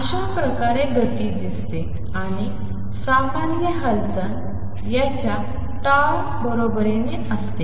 अशाप्रकारे गती कशी दिसते आणि सामान्य हालचाल याच्या tau बरोबरीने असते